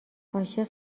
عاشق